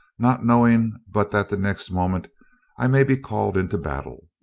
not knowing but that the next moment i may be called into battle.